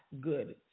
good